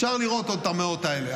עוד אפשר לראות את המאות האלה,